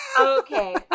Okay